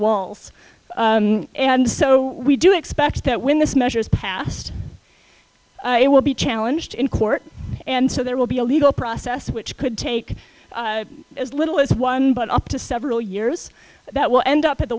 walls and so we do expect that when this measure is passed it will be challenged in court and so there will be a legal process which could take as little as one but up to several years that will end up at the